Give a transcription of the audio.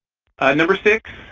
ah number six,